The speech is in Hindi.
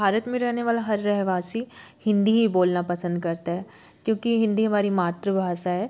भारत में रहनेवाला हर रहवासी हिन्दी ही बोलना पसंद करता है क्योंकि हिन्दी हमारी मातृभाषा है